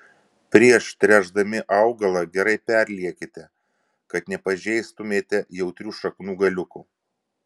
prieš tręšdami augalą gerai perliekite kad nepažeistumėte jautrių šaknų galiukų